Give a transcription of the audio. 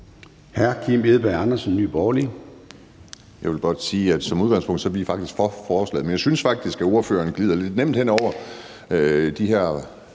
Hr. Kim Edberg Andersen, Nye Borgerlige.